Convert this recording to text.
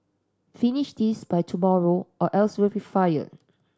finish this by tomorrow or else you'll be fired